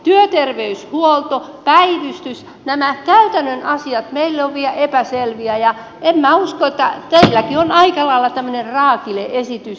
työterveyshuolto päivystys nämä käytännön asiat meille ovat vielä epäselviä ja minä uskon että teilläkin on aika lailla tämmöinen raakile esitys